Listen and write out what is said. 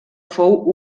fou